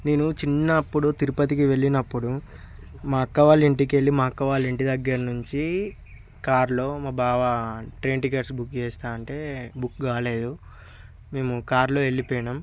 నేను చిన్నప్పుడు తిరుపతికి వెళ్ళినపుడు మా అక్కవాళ్ళ ఇంటికి వెళ్ళి మా అక్కవాళ్ళ ఇంటి దగ్గరి నుంచి కారులో మా బావ ట్రైన్ టికెట్స్ బుక్ చేస్తాను అంటే బుక్ కాలేదు మేము కారులో వెళ్ళిపోయాము